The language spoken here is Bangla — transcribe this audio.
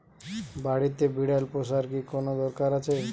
বাড়িতে বিড়াল পোষার কি কোন দরকার আছে?